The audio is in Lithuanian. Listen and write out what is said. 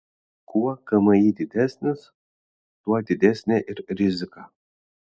kuo kmi didesnis tuo didesnė ir rizika